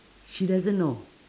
she doesn't know